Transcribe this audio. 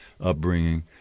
upbringing